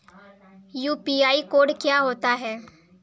UPI code क्या होता है?